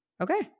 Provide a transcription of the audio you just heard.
Okay